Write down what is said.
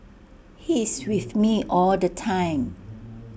he's with me all the time